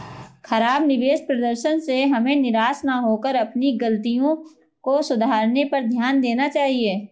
खराब निवेश प्रदर्शन से हमें निराश न होकर अपनी गलतियों को सुधारने पर ध्यान देना चाहिए